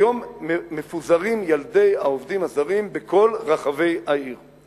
היום ילדי העובדים הזרים מפוזרים בכל רחבי העיר.